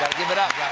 give it up.